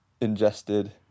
ingested